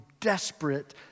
desperate